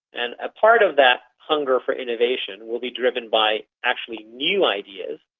and a part of that hunger for innovation will be driven by actually new ideas,